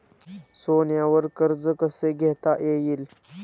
सोन्यावर कर्ज कसे घेता येईल?